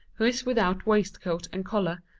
who is without waistcoat and collar,